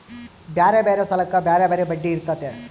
ಬ್ಯಾರೆ ಬ್ಯಾರೆ ಸಾಲಕ್ಕ ಬ್ಯಾರೆ ಬ್ಯಾರೆ ಬಡ್ಡಿ ಇರ್ತತೆ